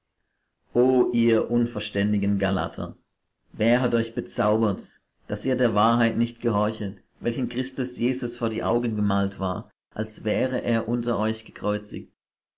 o ihr unverständigen galater wer hat euch bezaubert daß ihr der wahrheit nicht gehorchet welchen christus jesus vor die augen gemalt war als wäre er unter euch gekreuzigt